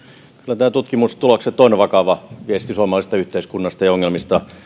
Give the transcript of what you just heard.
kyllä nämä tutkimustulokset ovat vakava viesti suomalaisesta yhteiskunnasta ja ongelmasta